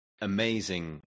amazing